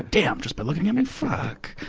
damn! just by looking at me? fuck!